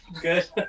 good